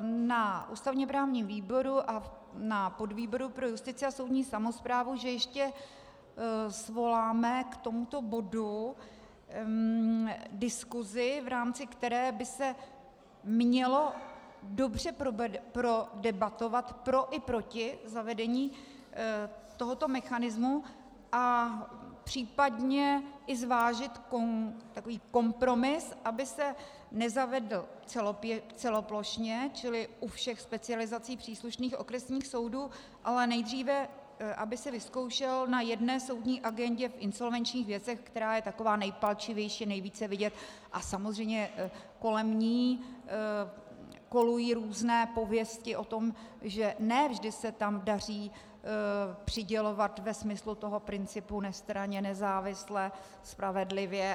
na ústavněprávním výboru a na podvýboru pro justici a soudní samosprávu, že ještě svoláme k tomuto bodu diskusi, v rámci které by se mělo dobře prodebatovat pro i proti zavedení tohoto mechanismu a případně i zvážit kompromis, aby se nezavedl celoplošně, čili u všech specializací příslušných okresních soudů, ale nejdříve aby se vyzkoušel na jedné soudní agendě v insolvenčních věcech, která je taková nejpalčivější, nejvíce vidět, a samozřejmě kolem ní kolují různé pověsti o tom, že ne vždy se tam daří přidělovat ve smyslu toho principu nestranně, nezávisle, spravedlivě.